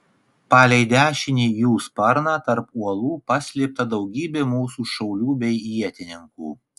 palei dešinį jų sparną tarp uolų paslėpta daugybė mūsų šaulių bei ietininkų